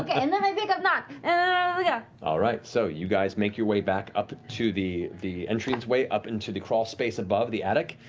and then i pick up nott! ah yeah matt so you guys make your way back up to the the entranceway up into the crawlspace above the attic,